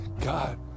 God